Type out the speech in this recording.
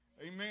Amen